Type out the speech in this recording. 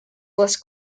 less